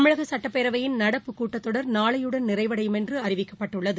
தமிழகசட்டப்பேரவையின் நடப்பு கூட்டத்தொடர் நாளையுடன் நிறைவடையும் என்றுஅறிவிக்கப்பட்டுள்ளது